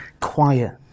quiet